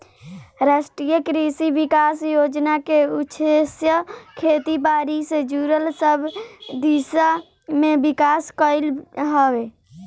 राष्ट्रीय कृषि विकास योजना के उद्देश्य खेती बारी से जुड़ल सब दिशा में विकास कईल हवे